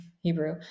hebrew